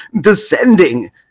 descending